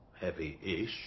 heavy-ish